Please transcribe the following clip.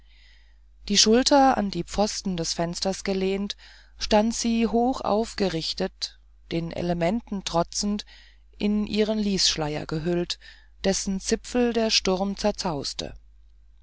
die schulter an die pfosten des fensters gelehnt stand sie hochaufgerichtet den elementen trotzend in ihren lisschleier gehüllt dessen zipfel der sturm zerzauste